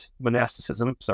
monasticism